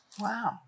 Wow